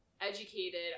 educated